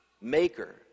maker